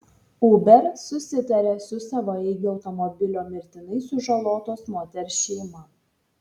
uber susitarė su savaeigio automobilio mirtinai sužalotos moters šeima